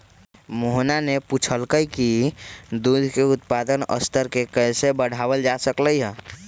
मोहना ने पूछा कई की दूध के उत्पादन स्तर के कैसे बढ़ावल जा सका हई?